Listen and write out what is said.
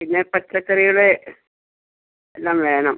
പിന്നെ പച്ചക്കറികൾ എല്ലാം വേണം